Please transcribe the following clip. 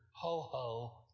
Ho-Ho